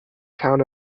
town